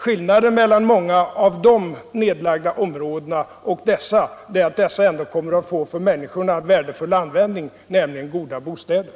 Skillnaden mellan många av de nedlagda områdena och detta område är att Sävastområdet kommer att få en för människorna värdefull användning, nämligen till goda bostäder.